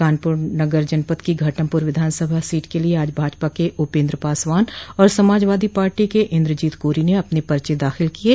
कानपुर नगर जनपद की घाटमपुर विधानसभा सीट के लिए आज भाजपा के उपेन्द्र पासवान और समाजवादी पार्टो के इन्द्रजीत कोरी ने अपने पर्चे दाखिल किये